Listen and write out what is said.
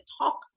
talk